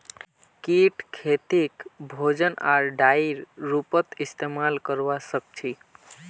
कीट खेतीक भोजन आर डाईर रूपत इस्तेमाल करवा सक्छई